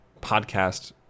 podcast